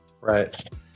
Right